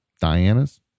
Diana's